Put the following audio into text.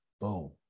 boom